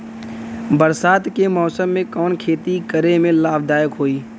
बरसात के मौसम में कवन खेती करे में लाभदायक होयी?